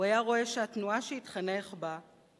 הוא היה רואה שהתנועה שהתחנך בה,